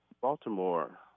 Baltimore